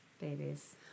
Babies